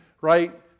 right